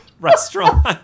restaurant